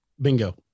Bingo